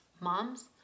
Moms